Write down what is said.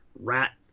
rat